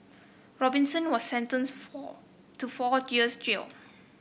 Robinson was sentenced for to four years jail